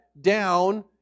down